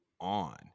on